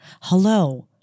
Hello